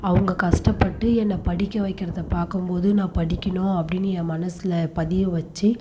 அவங்க கஷ்டப்பட்டு என்னை படிக்க வைக்கிறதை பார்க்கும்போது நான் படிக்கணும் அப்படின்னு என் மனசில் பதிய வைச்சி